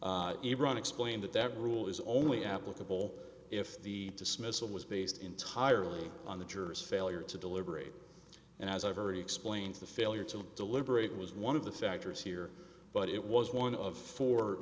brown explained that that rule is only applicable if the dismissal was based entirely on the jurors failure to deliberate and as i've already explained the failure to deliberate was one of the factors here but it was one of four